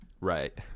Right